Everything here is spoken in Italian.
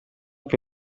che